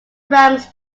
rams